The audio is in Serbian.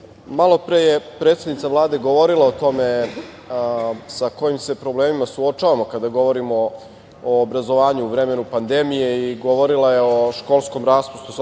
malopre je predsednica Vlade govorila o tome sa kojim se problemima suočavamo kada govorimo o obrazovanju u vremenu pandemije i govorila je školskom raspustu,